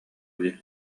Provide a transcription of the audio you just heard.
дии